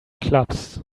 clubs